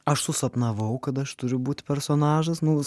aš susapnavau kad aš turiu būt personažas